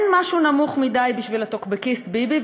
אין משהו נמוך מדי בשביל הטוקבקיסט ביבי.